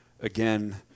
again